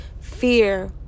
fear